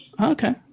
Okay